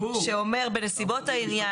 שאומר "ובנסיבות העניין